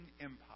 Empire